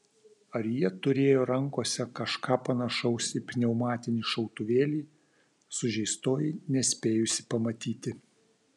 ar jie turėjo rankose kažką panašaus į pneumatinį šautuvėlį sužeistoji nespėjusi pamatyti